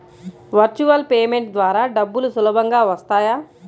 Virtual payment ద్వారా డబ్బులు సులభంగా వస్తాయా?